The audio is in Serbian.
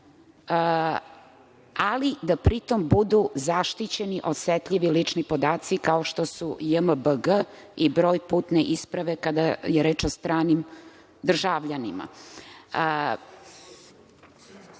ali da pritom budu zaštićeni osetljivi lični podaci, kao što su JMBG i broj putne isprave, kada je reč o stranim državljanima. Amandman